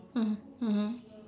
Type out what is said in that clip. mm mmhmm